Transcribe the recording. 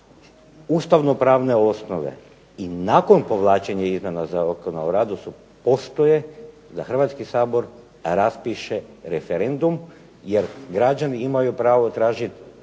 Ustavno-pravne osnove i nakon povlačenja izmjena Zakona o radu postoje da Hrvatski sabor raspiše referendum jer građani imaju pravo tražiti